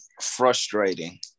frustrating